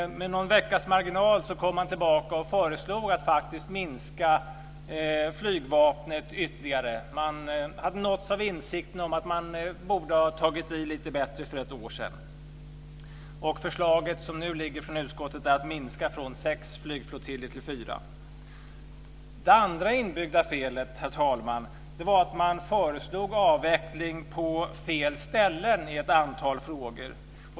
Med någon veckas marginal kom man tillbaka och föreslog att minska flygvapnet ytterligare. Man hade nåtts av insikten att man borde ha tagit i lite bättre för ett år sedan. Utskottets nu föreliggande förslag är att minska från sex flygflottiljer till fyra. Det andra inbyggda felet, herr talman, var att man föreslog avveckling på fel ställen i ett antal frågor.